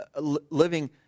living